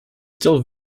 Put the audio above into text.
still